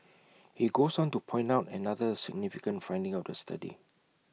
he goes on to point out another significant finding of the study